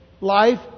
life